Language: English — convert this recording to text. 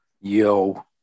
Yo